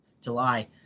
July